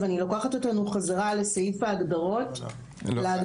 ואני לוקחת אותנו חזרה לסעיף ההגדרות --- לא,